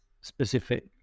specific